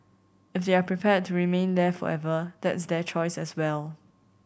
if they are prepared to remain there forever that's their choices as well